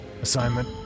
Assignment